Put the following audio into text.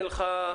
לא.